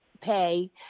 pay